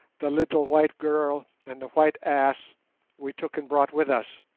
the little white girl, and the white ass we took and brought with us.